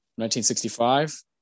1965